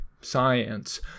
science